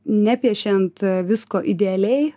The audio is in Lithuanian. nepiešiant visko idealiai